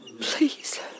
please